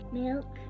milk